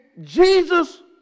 Jesus